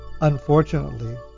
Unfortunately